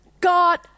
God